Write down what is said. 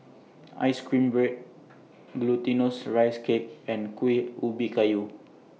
Ice Cream Bread Glutinous Rice Cake and Kuih Ubi Kayu